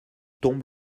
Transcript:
tombe